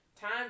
time